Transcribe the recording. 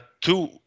two